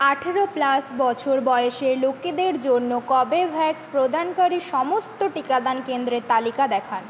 আঠারো প্লাস বছর বয়সের লোকেদের জন্য কর্বেভ্যাক্স প্রদানকারী সমস্ত টিকাদান কেন্দ্রের তালিকা দেখান